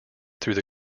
through